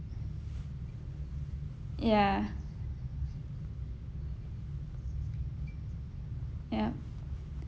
ya yup